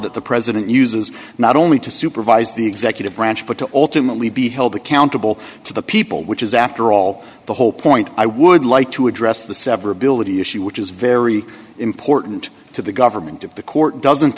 that the president uses not only to supervise the executive branch but to ultimately be held accountable to the people which is after all the whole point i would like to address the severability issue which is very important to the government of the court doesn't